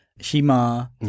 Shima